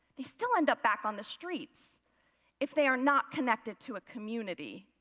they still end up back on the streets if they are not connected to a community.